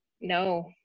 no